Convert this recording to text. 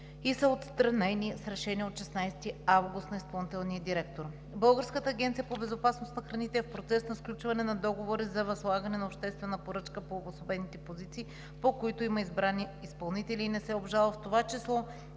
и са отстранени с Решение от 16 август на изпълнителния директор. Българската агенция по безопасност на храните е в процес на сключване на договори за възлагане на обществена поръчка по обособените позиции, по които има избрани изпълнители и не се обжалват, в това число